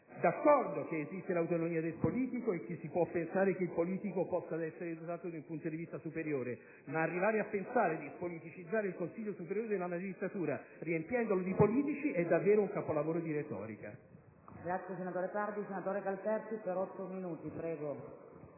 D'accordo che esiste l'autonomia del politico e che si può pensare che il politico possa essere dotato di un punto di vista superiore, ma arrivare a ritenere di spoliticizzare il Consiglio superiore della magistratura riempiendolo di politici è davvero un capolavoro di retorica. *(Applausi dal Gruppo